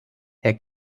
herr